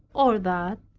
or that?